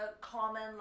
common